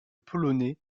polonais